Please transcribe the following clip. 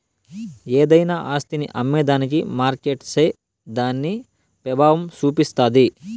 ఏదైనా ఆస్తిని అమ్మేదానికి మార్కెట్పై దాని పెబావం సూపిస్తాది